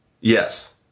Yes